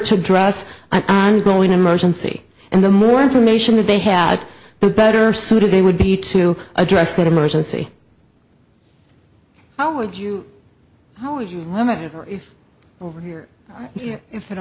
address i'm going to emergency and the more information that they had the better suited they would be to address that emergency how would you how would you limit it or if over here if at